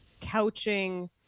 couching